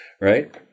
Right